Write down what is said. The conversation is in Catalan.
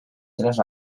tres